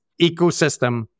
ecosystem